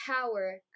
power